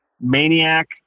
Maniac